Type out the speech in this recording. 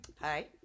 Hi